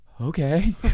okay